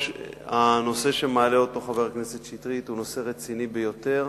הנושא שמעלה חבר הכנסת שטרית הוא נושא רציני ביותר,